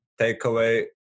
takeaway